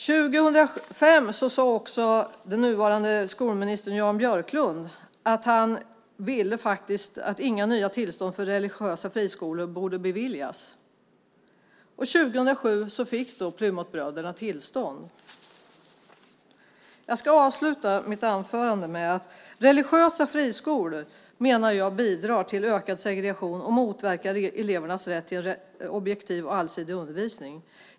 År 2005 sade också den nuvarande skolministern Jan Björklund att inga nya tillstånd för religiösa friskolor borde beviljas. År 2007 fick då Plymouthbröderna tillstånd. Jag ska avsluta mitt anförande med att säga att jag menar att religiösa friskolor bidrar till ökad segregation och motverkar elevernas rätt till objektiv och allsidig undervisning.